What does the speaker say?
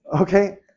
Okay